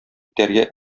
итәргә